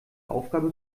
aufgabe